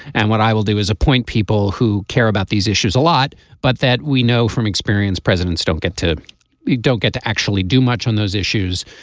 and what i will do is appoint people who care about these issues a lot but that we know from experience presidents don't get to you don't get to actually do much on those issues.